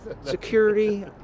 Security